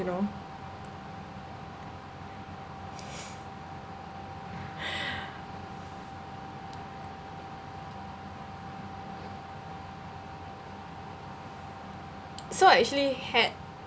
you know so I actually had